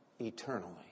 eternally